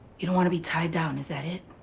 you don't want to be tied down. is that it?